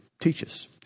teaches